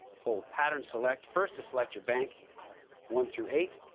hold pattern select first to select your bank one through eight.